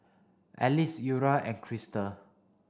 Alize Eura and Crystal